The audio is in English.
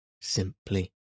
simply